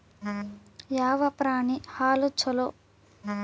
ಯಾವ ಪ್ರಾಣಿ ಹಾಲು ಛಲೋ?